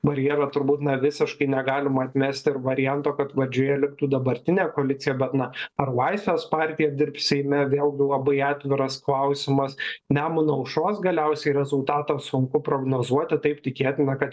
barjerą turbūt na visiškai negalima atmesti ir varianto kad vadžioje liktų dabartinė koalicija bet na ar laisvės partija dirbs seime vėlgi labai atviras klausimas nemuno aušros galiausiai rezultatą sunku prognozuoti taip tikėtina kad